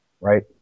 Right